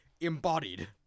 embodied